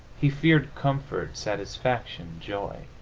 he feared comfort, satisfaction, joy.